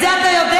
את זה אתה יודע?